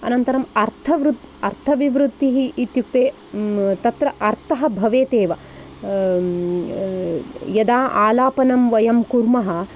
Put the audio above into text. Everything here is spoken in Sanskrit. अनन्तरं अर्थवृ अर्थविवृत्तिः इत्युक्ते तत्र अर्थः भवेत् एव यदा आलापनं वयं कुर्मः